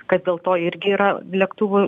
kad dėl to irgi yra lėktuvų